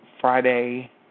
Friday